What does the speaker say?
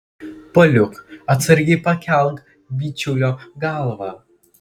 paliuk atsargiai pakelk bičiulio galvą